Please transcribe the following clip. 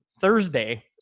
Thursday